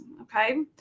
Okay